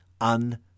un